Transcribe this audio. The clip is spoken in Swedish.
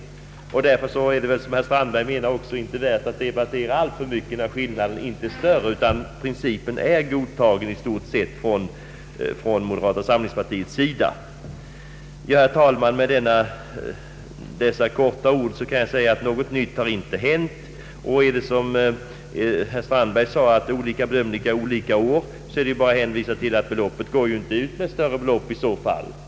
Det är därför, som herr Strandberg också menade, inte värt att debattera detta alltför mycket, när skillnaden inte är större utan principen i stort sett är godtagen från moderata samlingspartiets sida. Ja, herr talman, med dessa ord ville jag bara framhålla att något nytt inte har framkommit i frågan. Förhåller det sig så, som herr Strandberg nämnde, att det blir olika bedömningar olika år, kan man bara hänvisa till det faktum att anslaget i så fall inte utgår med större belopp.